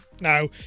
Now